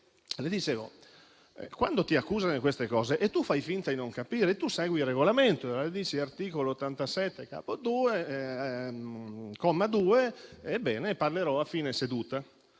Dicevo che, quando ti accusano di queste cose e tu fai finta di non capire, tu segui il Regolamento (articolo 87, comma 2). Ebbene, parlerò a fine seduta.